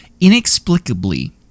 inexplicably